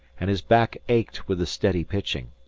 and his back ached with the steady pitching.